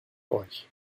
euch